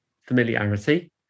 familiarity